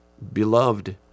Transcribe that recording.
Beloved